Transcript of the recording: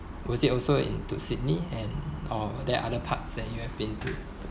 was it also in to sydney and or that other parts that you have been to